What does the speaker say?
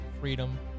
freedom